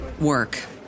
work